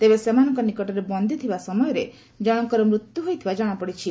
ତେବେ ସେମାନଙ୍କ ନିକଟରେ ବନ୍ଦୀଥିବା ସମୟରେ ଜଣଙ୍କର ମୃତ୍ୟୁ ହୋଇଥିବା ଜଣାପଡିଛି